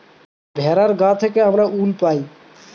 ভেড়ার গা থেকে আমরা উল পাই